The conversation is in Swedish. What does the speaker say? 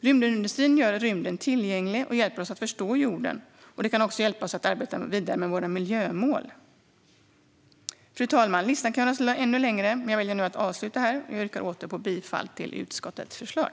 Rymdindustrin gör rymden tillgänglig och hjälper oss att förstå jorden. Den kan också hjälpa oss att arbeta vidare med våra miljömål. Fru talman! Listan kan göras ännu längre, men jag väljer att sluta här. Jag yrkar återigen bifall till utskottets förslag.